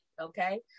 Okay